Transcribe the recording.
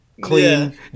Clean